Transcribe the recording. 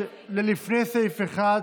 לפני סעיף 1,